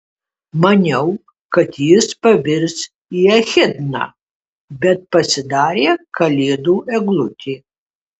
maniau kad jis pavirs į echidną bet pasidarė kalėdų eglutė